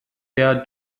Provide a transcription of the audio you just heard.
der